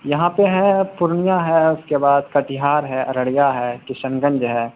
یہاں پہ ہے پورنیہ ہے اس کے بعد کٹیہار ہے ارریہ ہے کشن گنج ہے